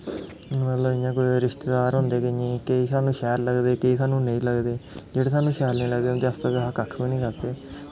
मतलब इ'यां के रिश्तेदार होंदे केंइयें दे केईं सानूं शैल लगदे केईं सानूं नेईं लगदे जेह्ड़े सानूं शैल नेईं लगदे उं'दै आस्तै असें कक्ख बी निं करना